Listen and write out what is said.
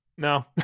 No